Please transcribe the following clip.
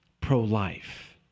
pro-life